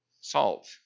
salt